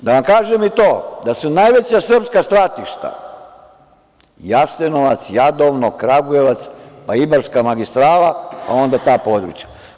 Da vam kažem i to, da su najveća srpska stratišta Jasenovac, Jadovno, Kragujevac, pa Ibarska magistrala, a onda ta područja.